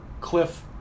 cliff